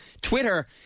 Twitter